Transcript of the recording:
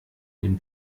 dem